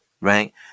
right